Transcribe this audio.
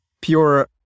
pure